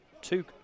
Two